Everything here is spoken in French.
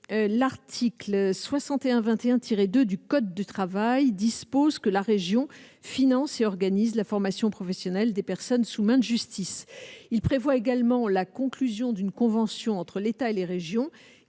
l'article 61 21 tiré 2 du code du travail, dispose que la région finance et organise la formation professionnelle des personnes sous main de justice, il prévoit également la conclusion d'une convention entre l'État et les régions